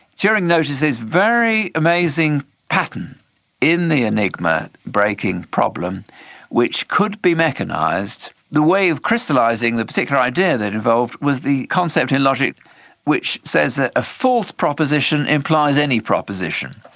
turing notices this very amazing pattern in the enigma breaking problem which could be mechanised. the way of crystallising the particular idea that it involved was the concept in logic which says that a false proposition implies any proposition.